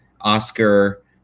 Oscar